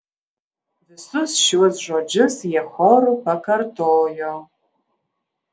visus šiuos žodžius jie choru pakartojo